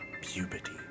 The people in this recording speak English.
puberty